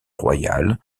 royal